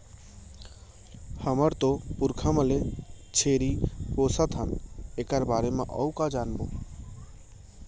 हमर तो पुरखा मन ले छेरी पोसत हन एकर बारे म अउ का जानबो?